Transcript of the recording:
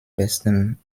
bestem